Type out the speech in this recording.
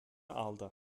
aldı